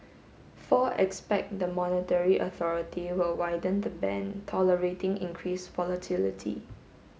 four expect the monetary authority will widen the band tolerating increased volatility